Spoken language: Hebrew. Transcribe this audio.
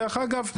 ודרך אגב,